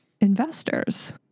investors